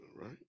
Right